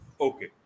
Okay